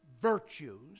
virtues